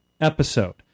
episode